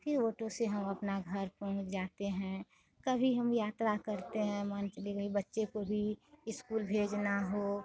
फिर ओटो से हम अपना घर पहुँच जाते हैं कभी हम यात्रा करते हैं मान के चलिए वही बच्चे को भी इस्कूल भेजना हो